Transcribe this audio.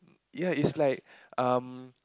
ya it's like um